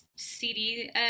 CD